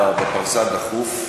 בפרסה דחוף.